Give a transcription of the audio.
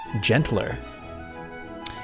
gentler